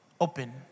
open